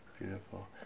beautiful